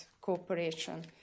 cooperation